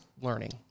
learning